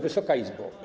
Wysoka Izbo!